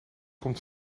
komt